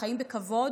לחיים בכבוד,